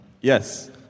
Yes